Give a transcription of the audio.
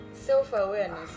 self-awareness